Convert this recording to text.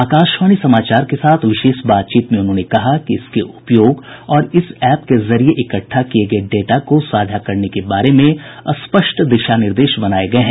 आकाशवाणी समाचार के साथ विशेष बातचीत में उन्होंने कहा कि इसके उपयोग और इस एप के जरिए इकट्टा किए गए डेटा को साझा करने के बारे में स्पष्ट दिशा निर्देश बनाए गए हैं